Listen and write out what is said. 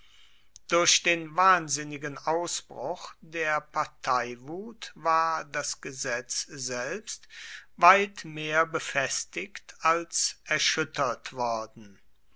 durch den wahnsinnigen ausbruch der parteiwut war das gesetz selbst weit mehr befestigt als erschüttert worden